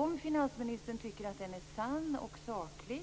Om finansministern tycker att den är sann och saklig,